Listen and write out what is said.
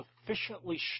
sufficiently